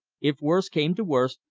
if worst came to worst,